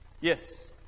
Yes